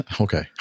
Okay